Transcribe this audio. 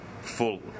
full